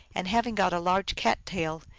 and, having got a large cat-tail,